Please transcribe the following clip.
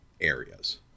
areas